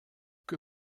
que